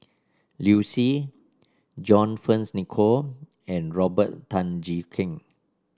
Liu Si John Fearns Nicoll and Robert Tan Jee Keng